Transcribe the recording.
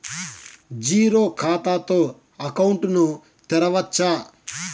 Zero ఖాతా తో account ను తెరవచ్చా?